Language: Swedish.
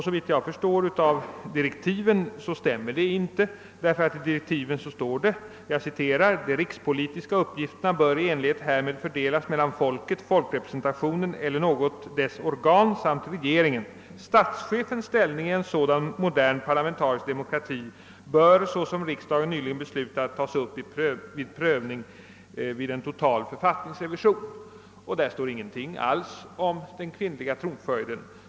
Såvitt jag kunnat utläsa av direktiven är detta inte riktigt, ty det heter där följande: »De rikspolitiska uppgifterna bör i enlighet härmed fördelas mellan folket, folkrepresentationen eller något dess organ samt regeringen. Statschefens ställning i en sådan modern parlamentarisk demokrati bör, såsom riksdagen nyligen beslutat ———, tas upp till prövning vid en total författningsrevision.» Det står där inget alls om den kvinnliga tronföljden.